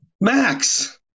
max